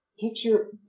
Picture